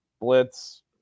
blitz